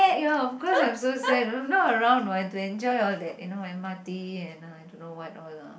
ya of course I'm so sad I'm not around what to enjoy all that you know m_r_t and I don't know what all lah